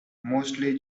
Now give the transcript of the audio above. mostly